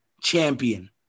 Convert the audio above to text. champion